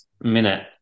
minute